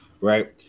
right